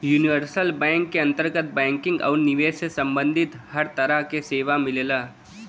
universal bank क अंतर्गत banking आउर निवेश से सम्बंधित हर तरह क सेवा मिलला